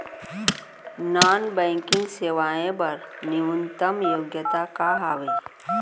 Non banking सेवाएं बर न्यूनतम योग्यता का हावे?